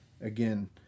again